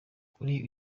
kuri